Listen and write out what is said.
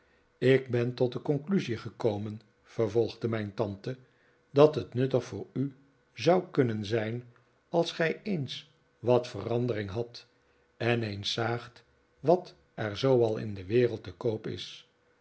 ik ben tot de conclusie gekomen vervolgde mijn tante dat het nuttig voor u zou kunnen zijn als gij eens wat verandering hadt en eens zaagt wat er zoo al in de wereld te koop is